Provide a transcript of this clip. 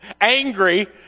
angry